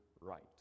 right